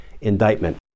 indictment